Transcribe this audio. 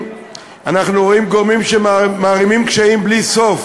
אנחנו רואים גורמים שמערימים קשיים בלי סוף